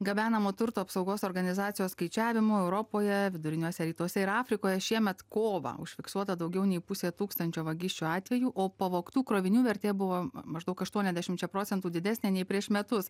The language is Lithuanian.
gabenamo turto apsaugos organizacijos skaičiavimu europoje viduriniuose rytuose ir afrikoje šiemet kovą užfiksuota daugiau nei pusė tūkstančio vagysčių atvejų o pavogtų krovinių vertė buvo maždaug aštuoniasdešimčia procentų didesnė nei prieš metus